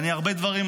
בהרבה דברים,